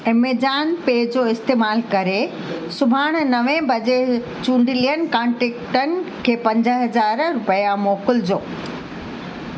Amazon पे जो इस्तेमालु करे सुभाणे नवें बजे चूंडियल कान्टेकटनि खे पंज हज़ार रुपिया मोकिलिजो